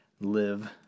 live